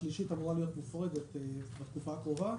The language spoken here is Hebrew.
השלישית אמורה להיות מפורדת בתקופה הקרובה,